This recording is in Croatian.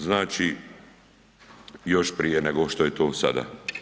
Znači još prije nego što to sada.